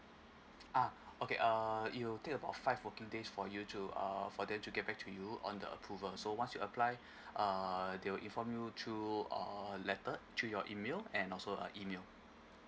ah okay uh it will take about five working days for you to uh for them to get back to you on the approval so once you applied uh they will inform you through uh letter to your email and also uh email